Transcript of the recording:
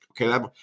Okay